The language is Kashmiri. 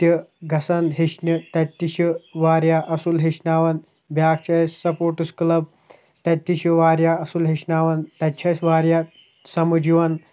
تہِ گژھان ہیٚچھنہِ تَتہِ تہِ چھِ واریاہ اَصٕل ہیٚچھناوان بیٛاکھ چھِ اَسہِ سٕپوٹٕس کٕلَب تَتہِ تہِ چھُ واریاہ اَصٕل ہیٚچھناوان تَتہِ چھِ أسۍ واریاہ سَمٕجھ یِوان